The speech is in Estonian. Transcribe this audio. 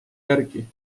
järgi